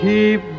Keep